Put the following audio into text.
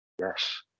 Yes